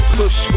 push